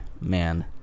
man